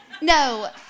no